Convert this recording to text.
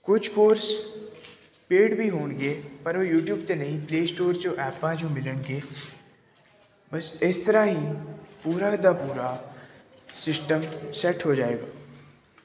ਕੁਝ course paid ਵੀ ਹੋਣਗੇ ਪਰ ਉਹ ਯੂਟੀਊਬ 'ਤੇ ਨਹੀਂ ਪਲੇਅ ਸਟੋਰ 'ਚੋਂ ਐਪਾਂ 'ਚੋਂ ਮਿਲਣਗੇ ਬਸ ਇਸ ਤਰ੍ਹਾਂ ਹੀ ਪੂਰਾ ਦਾ ਪੂਰਾ ਸਿਸਟਮ ਸੈਟ ਹੋ ਜਾਏਗਾ